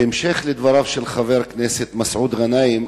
בהמשך לדבריו של חבר הכנסת מסעוד גנאים,